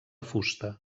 fusta